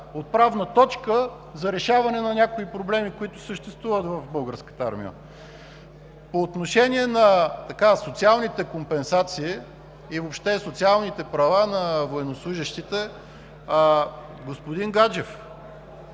отправна точка за решаване на някои проблеми, които съществуват в Българската армия. По отношение на социалните компенсации и въобще социалните права на военнослужещите, господин Гаджев,